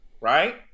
right